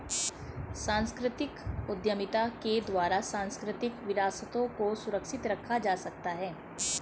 सांस्कृतिक उद्यमिता के द्वारा सांस्कृतिक विरासतों को सुरक्षित रखा जा सकता है